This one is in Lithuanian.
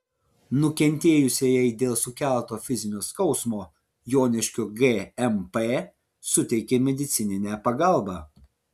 nukentėjusiajai dėl sukelto fizinio skausmo joniškio gmp suteikė medicininę pagalbą